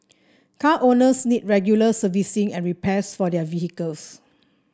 car owners need regular servicing and repairs for their vehicles